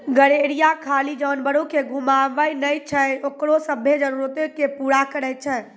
गरेरिया खाली जानवरो के घुमाबै नै छै ओकरो सभ्भे जरुरतो के पूरा करै छै